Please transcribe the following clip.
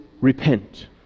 repent